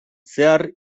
zehar